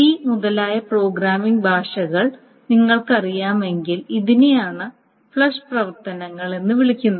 C മുതലായ programming ഭാഷകൾ നിങ്ങൾക്കറിയാമെങ്കിൽ ഇതിനെയാണ് ഫ്ലഷ് പ്രവർത്തനങ്ങൾ എന്ന് വിളിക്കുന്നത്